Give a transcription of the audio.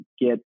get